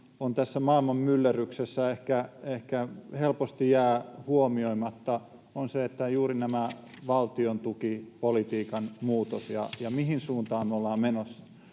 tässä maailman myllerryksessä ehkä helposti jää huomioimatta, on juuri valtion tukipolitiikan muutos ja se, mihin suuntaan ollaan menossa.